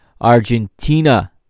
Argentina